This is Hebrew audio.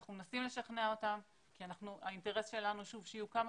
אנחנו מנסים לשכנע אותם כי האינטרס שלנו הוא שיהיו כמה